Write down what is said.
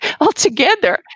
altogether